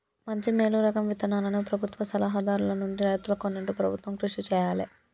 మంచి మేలు రకం విత్తనాలను ప్రభుత్వ సలహా దారుల నుండి రైతులు కొనేట్టు ప్రభుత్వం కృషి చేయాలే